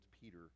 peter